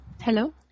Hello